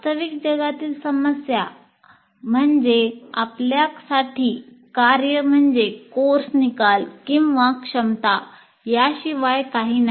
वास्तविक जगातील समस्या म्हणजे आपल्यासाठी कार्य म्हणजे कोर्स निकाल किंवा क्षमता याशिवाय काही नाही